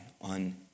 on